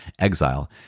exile